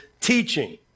teaching